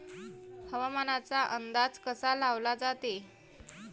हवामानाचा अंदाज कसा लावला जाते?